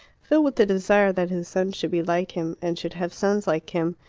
filled with the desire that his son should be like him, and should have sons like him,